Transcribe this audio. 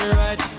right